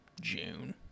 June